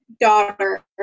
daughter